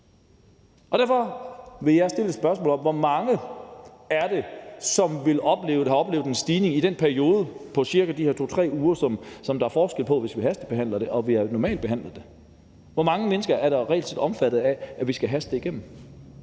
Derfor vil jeg stille spørgsmålet om, hvor mange der så har oplevet en stigning i den periode på cirka de her 2-3 uger, som forskellen ville være mellem at hastebehandle det og at have en normal lovbehandling af det. Hvor mange mennesker er reelt set omfattet af, at vi skal haste det igennem?